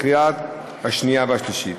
לקריאה השנייה והשלישית.